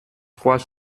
trois